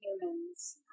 humans